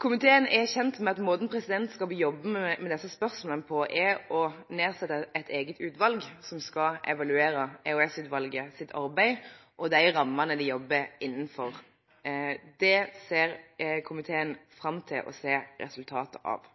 Komiteen er kjent med at måten presidentskapet jobber med disse spørsmålene på, er å nedsette et eget utvalg som skal evaluere EOS-utvalgets arbeid og de rammene det jobber innenfor. Det ser komiteen fram til å se resultat av.